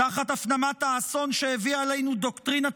תחת הפנמת האסון שהביאה עלינו דוקטרינת